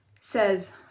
says